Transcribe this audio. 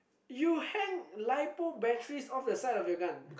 you hang Lipo batteries off the side of your gun